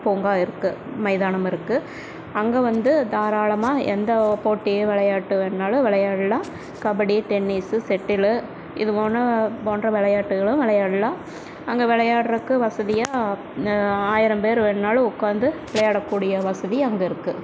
பூங்கா இருக்குது மைதானம் இருக்குது அங்கே வந்து தாராளமாக எந்த போட்டி விளையாட்டு வேணும்ன்னாலும் விளையாட்லாம் கபடி டென்னிஸு செட்டிலு இது மூணும் போன்ற விளையாட்டுகளும் விளையாட்லாம் அங்கே வெளையாட்றதுக்கு வசதியாக ஆயிரம் பேர் வேணும்ன்னாலும் உக்கார்ந்து விளையாடக் கூடிய வசதி அங்கே இருக்குது